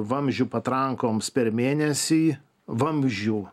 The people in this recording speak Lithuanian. vamzdžių patrankoms per mėnesį vamzdžių